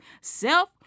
self